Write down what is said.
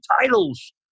titles